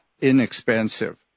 inexpensive